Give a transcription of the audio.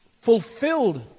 fulfilled